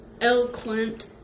eloquent